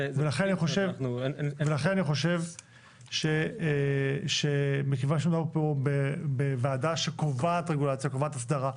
ולכן אני חושב שמכיוון שנהוג פה בוועדה שקובעת רגולציה,